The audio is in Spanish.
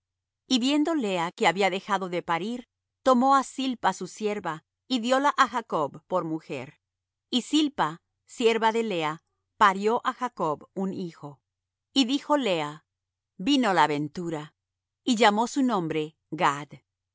y viendo lea que había dejado de parir tomó á zilpa su sierva y dióla á jacob por mujer y zilpa sierva de lea parió á jacob un hijo y dijo lea vino la ventura y llamó su nombre gad